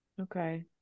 Okay